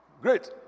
Great